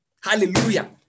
hallelujah